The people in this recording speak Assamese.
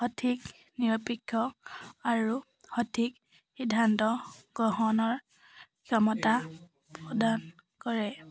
সঠিক নিৰপেক্ষ আৰু সঠিক সিদ্ধান্ত গ্ৰহণৰ ক্ষমতা প্ৰদান কৰে